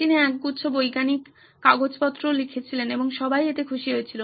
তিনি একগুচ্ছ বৈজ্ঞানিক কাগজপত্র লিখেছিলেন এবং সবাই এতে খুশি হয়েছিল